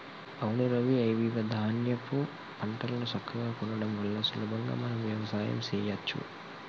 అవును రవి ఐవివ ధాన్యాపు పంటలను సక్కగా కొనడం వల్ల సులభంగా మనం వ్యవసాయం సెయ్యచ్చు